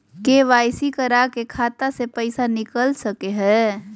KYC करा के खाता से पैसा निकल सके हय?